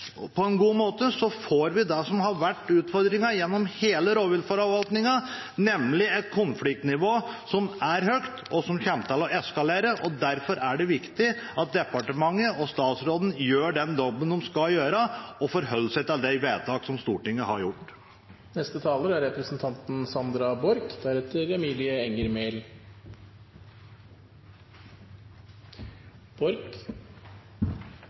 på en god måte, får vi det som har vært utfordringen i hele rovviltforvaltningen, nemlig et konfliktnivå som er høyt, og som kommer til å eskalere. Derfor er det viktig at departementet og statsråden gjør den jobben de skal gjøre, og forholder seg til de vedtak som Stortinget har fattet. Jeg har merket meg i debatten at mange representanter mener at disse forslagene er